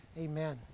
Amen